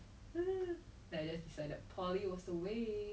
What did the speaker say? like what the fuck is your problem